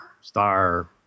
star